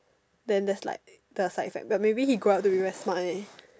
then there is like there was like is like maybe he grow up to be very smart leh